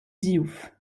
diouf